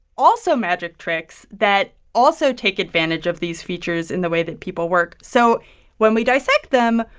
also magic tricks that also take advantage of these features in the way that people work. so when we dissect them,